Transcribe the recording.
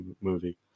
movie